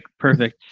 perfect.